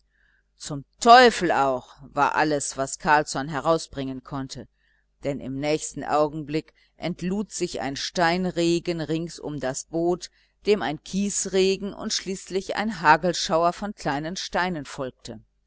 zum teufel auch war alles was carlsson herausbringen konnte denn im nächsten augenblick entlud sich ein steinregen rings um das boot dem ein kiesregen und schließlich ein hagelschauer von kleinen steinen folgte